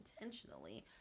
intentionally